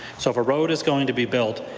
so if a road is going to be built,